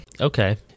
okay